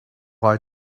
why